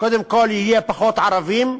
קודם כול יהיו פחות ערבים,